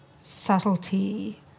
subtlety